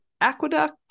aqueduct